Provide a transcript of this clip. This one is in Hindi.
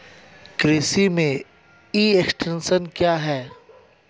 कृषि में ई एक्सटेंशन क्या है?